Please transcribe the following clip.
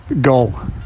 go